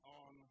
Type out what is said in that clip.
on